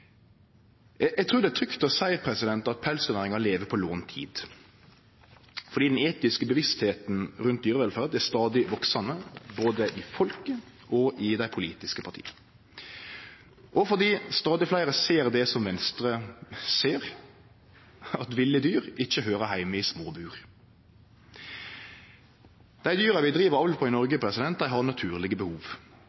Eg trur det er trygt å seie at pelsdyrnæringa lever på lånt tid, fordi det etiske medvitet rundt dyrevelferd er stadig veksande, både i folket og i dei politiske partia, og fordi stadig fleire ser det som Venstre ser, at ville dyr ikkje høyrer heime i små bur. Dei dyra vi driv avl på i Noreg,